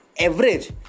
average